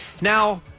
Now